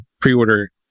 pre-order